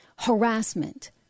harassment